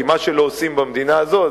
כי מה שלא עושים במדינה הזו,